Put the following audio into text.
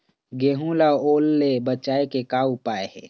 गेहूं ला ओल ले बचाए के का उपाय हे?